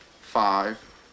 five